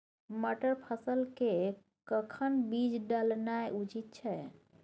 मटर फसल के कखन बीज डालनाय उचित छै?